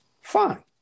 Fine